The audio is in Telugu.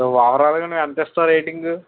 సో ఓవరాల్గా నువ్వు ఎంత ఇస్తావు రేటింగు